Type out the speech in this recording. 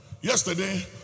Yesterday